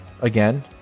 again